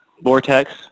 vortex